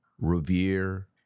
revere